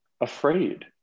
afraid